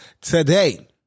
today